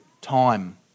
time